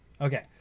Okay